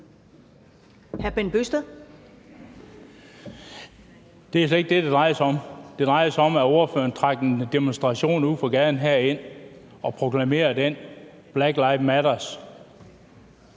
Det er slet ikke det, det drejer sig om. Det drejer sig om, at ordføreren trak en demonstration ude fra gaden herind og proklamerede den, »Black lives matter«.